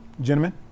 Gentlemen